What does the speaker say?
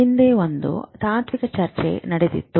ಹಿಂದೆ ಒಂದು ತಾತ್ವಿಕ ಚರ್ಚೆ ನಡೆದಿತ್ತು